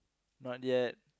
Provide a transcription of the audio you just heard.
not yet